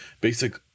basic